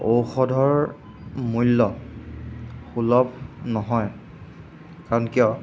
ঔষধৰ মূল্য সুলভ নহয় কাৰণ কিয়